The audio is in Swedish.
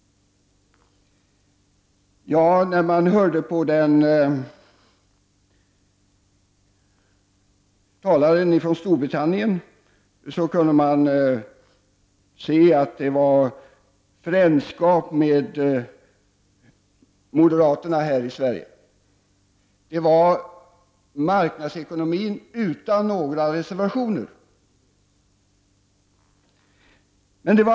På talaren från Storbritannien kunde man höra att han uppvisade frändskap med moderaterna här i Sverige. Det var fråga om marknadsekonomi utan några reservationer.